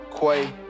Quay